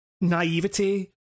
naivety